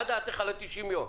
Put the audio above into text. מה דעתך על ה-90 יום?